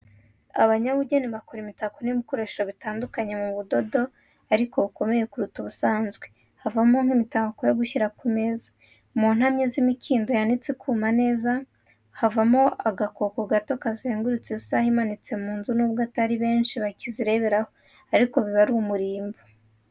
Abanyabugeni bakora imitako n'ibikoresho bitandukanye, mu budodo ariko bukomeye kuruta ubusanzwe, havamo nk'imitako yo gushyira ku meza. Mu ntamyi z'imikindo yanitswe ikuma neza havamo agakoko gato kazengurutse isaha imanitse mu nzu, n'ubwo atari benshi bakizireberaho, ariko iba ari n'umurimbo.